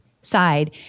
side